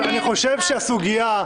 למה הגשת את הרשימה בנפרד?